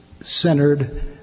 centered